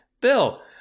Bill